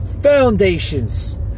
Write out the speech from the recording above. foundations